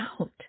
out